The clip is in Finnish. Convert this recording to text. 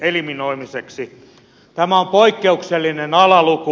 tämä on poikkeuksellinen alaluku